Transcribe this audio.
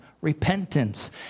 repentance